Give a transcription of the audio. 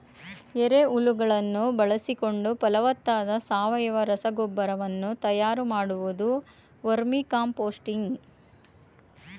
ಎರೆಹುಳುಗಳನ್ನು ಬಳಸಿಕೊಂಡು ಫಲವತ್ತಾದ ಸಾವಯವ ರಸಗೊಬ್ಬರ ವನ್ನು ತಯಾರು ಮಾಡುವುದು ವರ್ಮಿಕಾಂಪೋಸ್ತಿಂಗ್